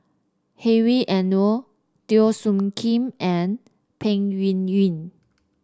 Hedwig Anuar Teo Soon Kim and Peng Yuyun